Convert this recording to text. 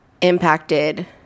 impacted